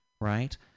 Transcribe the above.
right